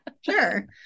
sure